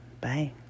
Bye